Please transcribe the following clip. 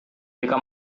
jika